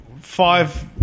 five